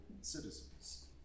citizens